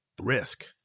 risk